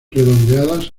redondeadas